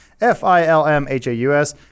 F-I-L-M-H-A-U-S